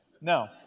No